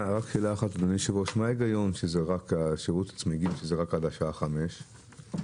מה ההיגיון בכך ששירות הצמיגים הוא עד שעה 17:00?